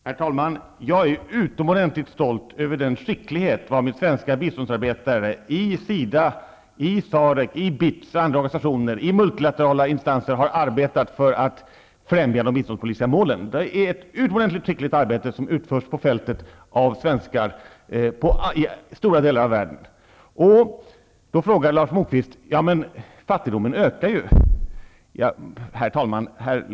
Herr talman! Jag är utomordentligt stolt över den skicklighet varmed svenska biståndsarbetare i SIDA, SAREC, BITS, andra organisationer och multilaterala instanser har arbetat för att främja de biståndspolitiska målen. Det är ett utomordentligt skickligt arbete som utförs på fältet av svenskar i stora delar av världen. Då säger Lars Moquist att fattigdomen ökar. Herr talman!